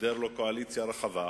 מסדר לו קואליציה רחבה,